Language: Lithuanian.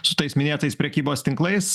su tais minėtais prekybos tinklais